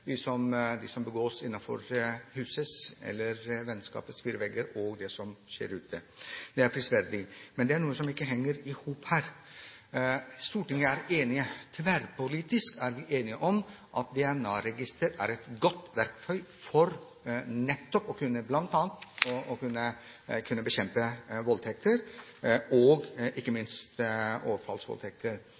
som blir begått innenfor hjemmets fire vegger – eller blant venner – og den som skjer ute. Det er prisverdig, men det er noe som ikke henger i hop her. Stortinget er tverrpolitisk enig om at et DNA-register er et godt verktøy, nettopp for bl.a. å kunne bekjempe voldtekter – ikke minst overfallsvoldtekter.